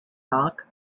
park